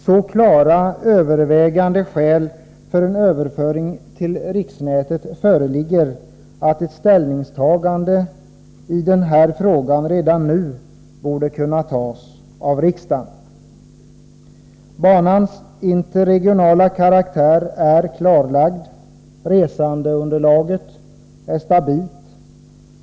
Så klara, övervägande skäl för en överföring till riksnätet föreligger, att ett ställningstagande i den frågan redan nu borde kunna göras av riksdagen. Banans interregionala karaktär är klarlagd. Resandeunderlaget är stabilt.